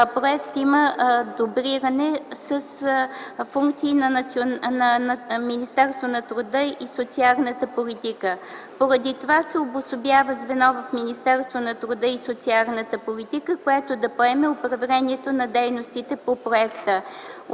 проект има дублиране с функции на Министерството на труда и социалната политика. Поради това се обособява звено в Министерството на труда и социалната политика, което да поеме управлението на дейностите по проекта.